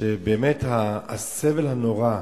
-- שבאמת הסבל הנורא,